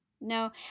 no